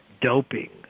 doping